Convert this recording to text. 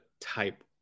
type